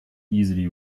easily